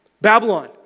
Babylon